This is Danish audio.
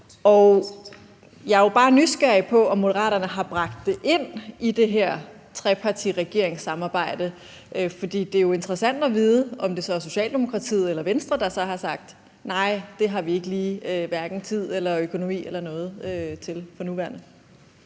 Jeg er jo bare nysgerrig på, om Moderaterne har bragt det ind i det her trepartiregeringssamarbejde, for det er jo interessant at vide, om det så er Socialdemokratiet eller Venstre, der har sagt: Nej, det har vi ikke lige hverken tid eller økonomi eller noget til for nuværende.